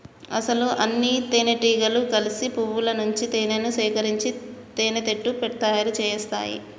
అసలు అన్నితేనెటీగలు కలిసి పువ్వుల నుంచి తేనేను సేకరించి తేనెపట్టుని తయారు సేస్తాయి